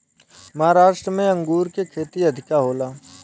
महाराष्ट्र में अंगूर के खेती अधिका होला